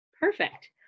Perfect